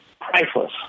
priceless